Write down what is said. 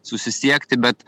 susisiekti bet